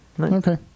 Okay